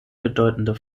bedeutende